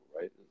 right